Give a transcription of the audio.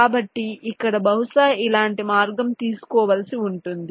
కాబట్టి ఇక్కడ బహుశా ఇలాంటి మార్గం తీసుకోవలసి ఉంటుంది